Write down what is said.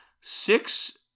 six